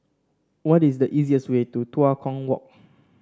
what is the easiest way to Tua Kong Walk